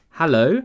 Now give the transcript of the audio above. hello